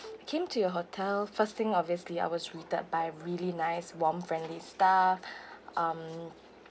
came to your hotel first thing obviously I was greeted by really nice warm friendly staff um